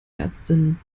ärztin